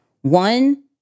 one